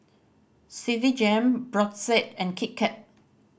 Citigem Brotzeit and Kit Kat